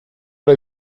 der